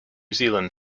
zealand